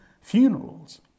funerals